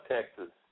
Texas